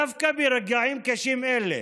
דווקא ברגעים קשים אלה